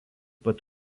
pat